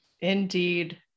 Indeed